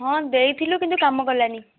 ହଁ ଦେଇଥିଲୁ କିନ୍ତୁ କାମ କଲାନି